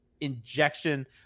injection